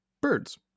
birds